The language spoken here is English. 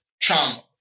trauma